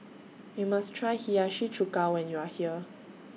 YOU must Try Hiyashi Chuka when YOU Are here